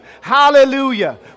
Hallelujah